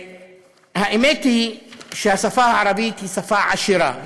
האמת היא שהשפה הערבית היא שפה עשירה,